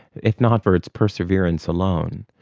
if not for its perseverance alone.